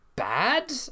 bad